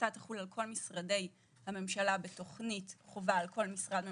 ההפחתה תחול על כל משרדי הממשלה בתוכנית חובה על כל משרד ממשלתי,